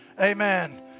Amen